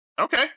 Okay